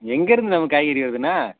எங்கருந்து நமக்கு காய்கறி வருதுண்ண